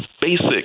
basic